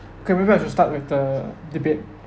can we get to start with the debate